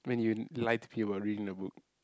when you like to be buried in the book